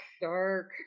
Dark